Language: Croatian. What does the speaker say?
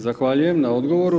Zahvaljujem na odgovoru.